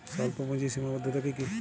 স্বল্পপুঁজির সীমাবদ্ধতা কী কী?